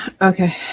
Okay